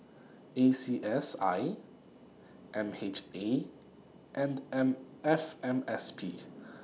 A C S I M H A and N F M S P